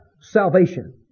salvation